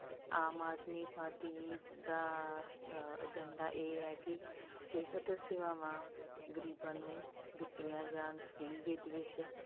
ਆਮ Aadmi party ਦਾ agenda ਇਹ ਹੈ ਕਿ ਸਿਹਤ ਸੇਵਾਵਾਂ ਗਰੀਬਾਂ ਨੂੰ ਦਿੱਤੀਆਂ ਜਾਣ ਫਰੀ ਵਿਧ ਵਿੱਚ